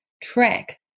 track